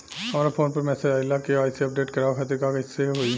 हमरा फोन पर मैसेज आइलह के.वाइ.सी अपडेट करवावे खातिर त कइसे होई?